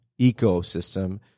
ecosystem